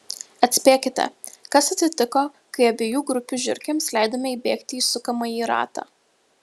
atspėkite kas atsitiko kai abiejų grupių žiurkėms leidome įbėgti į sukamąjį ratą